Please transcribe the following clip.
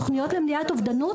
תוכניות למניעת אובדנות,